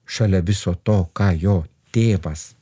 šalia viso to ką jo tėvas